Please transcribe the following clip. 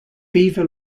beaver